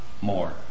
more